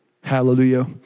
Hallelujah